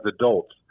adults